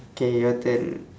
K your turn